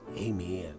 amen